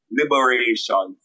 liberation